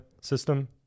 system